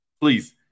please